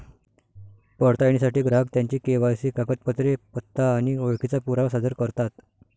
पडताळणीसाठी ग्राहक त्यांची के.वाय.सी कागदपत्रे, पत्ता आणि ओळखीचा पुरावा सादर करतात